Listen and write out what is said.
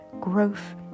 growth